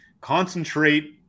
Concentrate